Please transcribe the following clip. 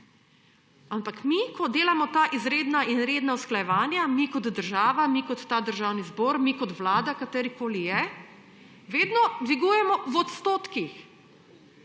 Ampak ko delamo ta izredna in redna usklajevanja, mi kot država, mi kot Državni zbor, mi kot vlada, katerakoli je, vedno dvigujemo v odstotkih.